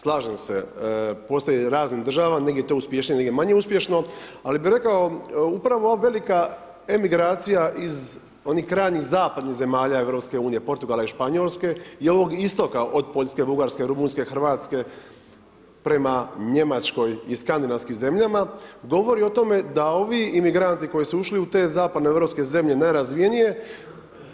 Slažem se … raznih država, negdje to uspješnije, negdje manje uspješno, ali bi rekao, upravo ova velika emigracija iz onih krajnjih zapadnih zemalja EU, Portugala i Španjolske i ovog istoka od Poljske, Bugarske, Rumunjske, Hrvatske, prema Njemačkoj i skandinavskim zemljama, govori o tome, da ovi imigranti, koji su ušli u te zapadne europske zemlje, nerazvijenije,